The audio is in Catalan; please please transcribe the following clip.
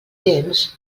temps